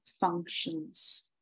functions